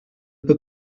peut